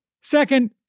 Second